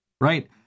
Right